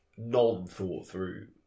non-thought-through